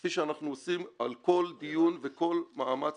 כפי שאנחנו עושים על כל דיון וכל מאמץ